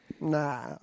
Nah